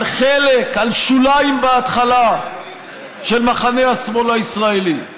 על חלק של מחנה השמאל הישראלי,